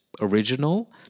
original